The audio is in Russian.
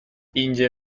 индия